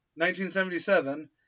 1977